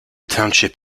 township